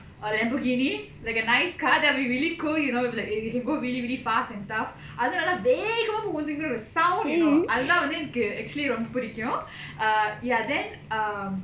a lamborghini like a nice car that will be really cool you know with like if you can go really really fast and stuff அதும் நல்லா வேகமா போகும் தெரியுமா:adhum nalla vegama pogum theriyuma sound you know அது தான் வந்து:adhu dhaan vandhu actually எனக்கு ரொம்ப புடிக்கும்:enakku romba pudikkum you know err ya then um